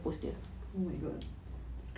oh my god